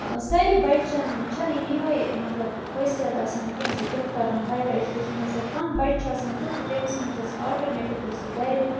سٲری بَچَن چھِنہٕ یِہَے مطلب خٲصیت آسان کیٚنٛہہ زِ تِم کَرَن ہایَر ایٚجوکیشَن حٲصِل کانٛہہ بَچہِ چھُ آسان تیُتھ تہِ تٔمِس منٛز چھُ آسان آٹوٗمیٹِکلی سُہ گَریُک